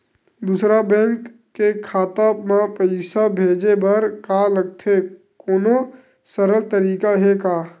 दूसरा बैंक के खाता मा पईसा भेजे बर का लगथे कोनो सरल तरीका हे का?